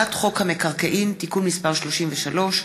הצעת חוק המקרקעין (תיקון מס' 33)